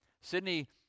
Sydney